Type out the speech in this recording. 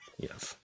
yes